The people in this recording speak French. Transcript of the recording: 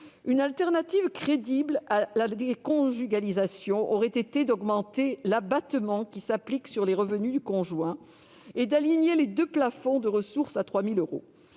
Une alternative crédible à la déconjugalisation aurait été d'augmenter l'abattement qui s'applique sur les revenus du conjoint et d'aligner les deux plafonds de ressources à 3 000 euros.